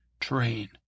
train